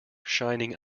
shining